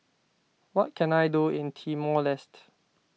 what can I do in Timor Leste